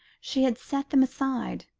she had set them aside,